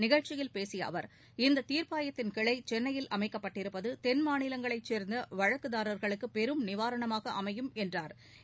நிகழ்ச்சியில் பேசிய அவர் இந்த தீர்ப்பாயத்தின் கிளை சென்னையில் அமைக்கப்பட்டிருப்பது தென் மாநிலங்களைச் சேர்ந்த வழக்குதாரா்களுக்கு பெறும் நிவாரணமாக அமையும் என்றாா்